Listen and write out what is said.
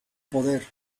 poder